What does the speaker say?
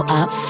up